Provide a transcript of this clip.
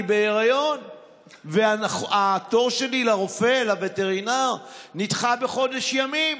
בהיריון והתור שלי לרופא הווטרינר נדחה בחודש ימים.